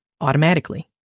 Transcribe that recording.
automatically